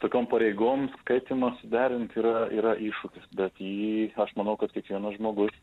tokiom pareigom skaitymą suderint ir yra yra iššūkis bet jį aš manau kad kiekvienas žmogus